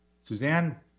Suzanne